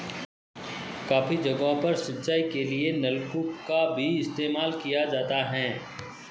काफी जगहों पर सिंचाई के लिए नलकूप का भी इस्तेमाल किया जाता है